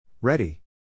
Ready